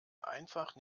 einfach